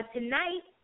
Tonight